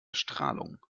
strahlung